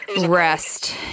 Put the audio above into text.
rest